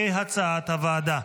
כהצעת הוועדה.